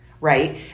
Right